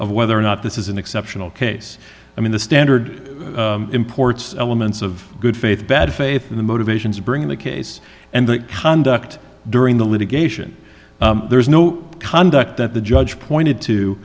of whether or not this is an exceptional case i mean the standard imports elements of good faith bad faith in the motivations bring in the case and that conduct during the litigation there's no conduct that the judge pointed to